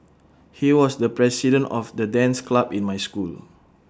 he was the president of the dance club in my school